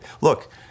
Look